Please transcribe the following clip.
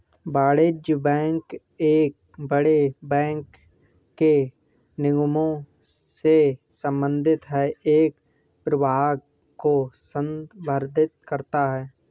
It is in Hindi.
वाणिज्यिक बैंक एक बड़े बैंक के निगमों से संबंधित है एक प्रभाग को संदर्भित करता है